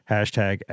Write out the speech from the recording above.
Hashtag